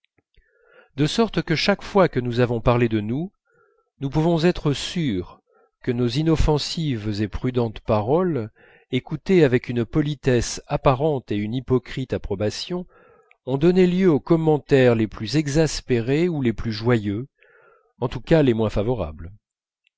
de sorte que chaque fois que nous avons parlé de nous nous pouvons être sûrs que nos inoffensives et prudentes paroles écoutées avec une politesse apparente et une hypocrite approbation ont donné lieu aux commentaires les plus exaspérés ou les plus joyeux en tous cas les moins favorables